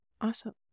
Awesome